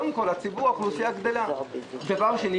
דבר שני,